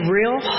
real